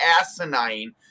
asinine